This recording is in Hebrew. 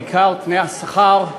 בעיקר תנאי השכר,